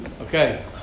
Okay